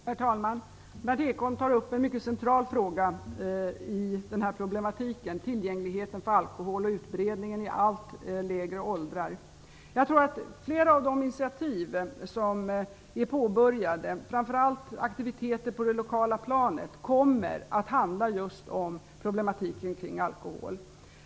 Herr talman! Berndt Ekholm tar upp en mycket central fråga i den här problematiken, nämligen alkoholens tillgänglighet och utbredning i allt lägre åldrar. Jag tror att flera av de initiativ som har påbörjats, framför allt aktiviteter på det lokala planet, kommer att handla just om problematiken kring alkohol.